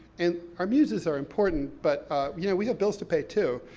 and our muses are important, but you know, we have bills to pay, too.